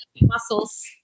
muscles